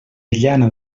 llana